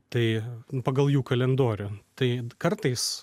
tai pagal jų kalendorių tai kartais